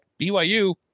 byu